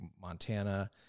Montana